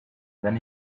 then